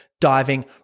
diving